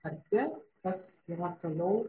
arti kas yra toliau